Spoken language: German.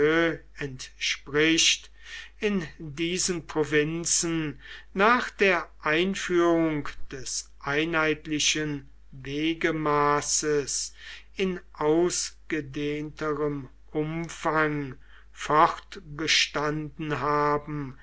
entspricht in diesen provinzen nach der einführung des einheitlichen wegemaßes in ausgedehnterem umfang fortbestanden haben